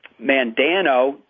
Mandano